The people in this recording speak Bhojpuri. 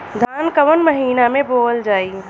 धान कवन महिना में बोवल जाई?